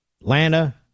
Atlanta